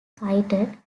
cited